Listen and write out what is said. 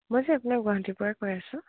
মই যে আপোনাৰ গুৱাহাটীৰ পৰা কৈ আছোঁ